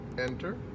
enter